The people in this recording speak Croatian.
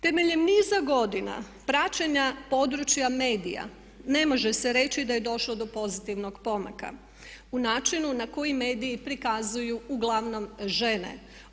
Temeljem niza godina praćenja područja medija ne može se reći da je došlo do pozitivnog pomaka u načinu na koji mediji prikazuju uglavnom žene.